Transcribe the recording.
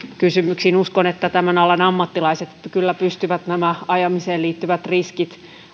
kysymyksiin uskon että tämän alan ammattilaiset kyllä pystyvät nämä ajamiseen liittyvät riskit